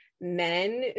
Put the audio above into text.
men